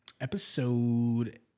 episode